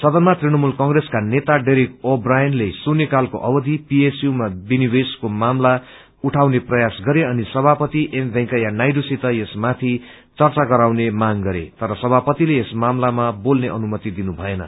सदनमा तृषमूल कंप्रेसका नेता डेरेक ओ ब्रायनले शून्यकालको अवधि पीएसयूमा विनिवेशको मामला उठाउने प्रयास गरे अनि समापति एम वेकैया नायबूसित यस माथि चर्चा गराउने माग गरे तर सभापतिले यस मामलामा बोल्ने अनुमति दिनुमएन